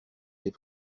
les